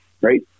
right